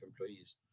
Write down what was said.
employees